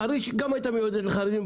חריש גם הייתה מיועדת לחרדים,